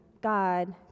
God